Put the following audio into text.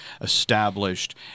established